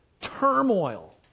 Turmoil